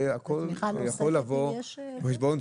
הכול יכול לבוא בחשבון,